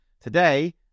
Today